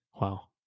Wow